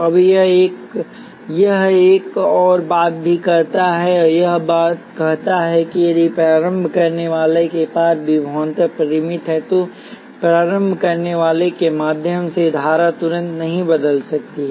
अब यह एक और बात भी कहता है यह कहता है कि यदि प्रारंभ करनेवाला के पार विभवांतर परिमित है तो प्रारंभ करनेवाला के माध्यम से धारा तुरंत नहीं बदल सकती है